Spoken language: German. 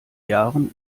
jahren